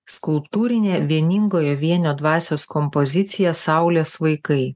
skulptūrinė vieningojo vienio dvasios kompozicija saulės vaikai